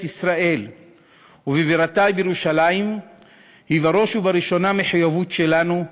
ישראל ובבירתה ירושלים היא בראש ובראשונה מחויבות שלנו,